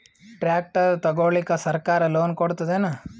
Tractor ತಗೊಳಿಕ ಸರ್ಕಾರ loan ಕೊಡತದೇನು?